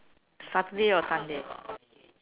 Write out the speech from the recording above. Saturday or Sunday